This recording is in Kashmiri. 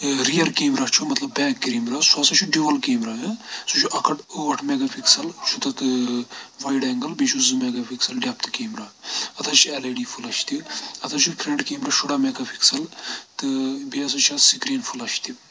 رِییٚر کیمرہ چھُ مطلب بیک کیمرہ سُہ ہَسا چھُ ڈِوَل کیمرہ سُہ چھُ اکھ ہتھ ٲٹھ میگا پِکسَل چھُ تَتھ وایڈ اینٛگٕل بیٚیہِ چھُ زٕ میگا پِکسل ڈؠفتھٕ کیمرہ اَتھ حظ چھِ ایل ای ڈی فٕلش تہِ اَتھ حظ چھُ فرٛنٛٹ کیمرہ شُراہ میگا پِکسَل تہٕ بیٚیہِ ہَسا چھِ اَتھ سِکریٖن فٕلش تہِ